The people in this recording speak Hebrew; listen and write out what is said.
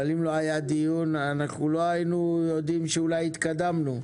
אם לא היה דיון, לא היינו יודעים שאולי התקדמנו.